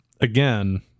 again